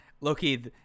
Loki